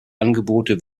angebote